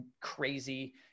crazy